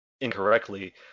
incorrectly